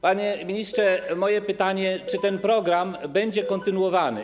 Panie ministrze, moje pytanie: Czy ten program będzie kontynuowany?